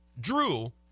Drew